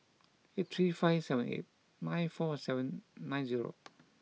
three five seven eight nine four nine zero